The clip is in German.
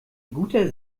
guter